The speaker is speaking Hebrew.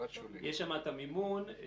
יש שם את המימון,